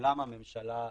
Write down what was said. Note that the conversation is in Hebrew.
בעולם הממשלה בכלל.